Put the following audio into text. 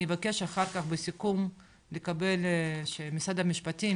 אני אבקש אחר כך בסיכום שמשרד המשפטים,